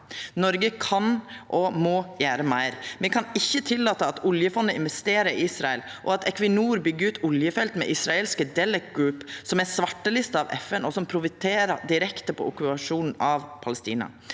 Noreg kan og må gjera meir. Me kan ikkje tillata at oljefondet investerer i Israel, og at Equinor byggjer ut oljefelt med israelske Delek Group, som er svartelista av FN, og som profitterer direkte på okkupasjonen av Palestina.